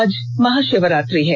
आज महाशिवरात्रि है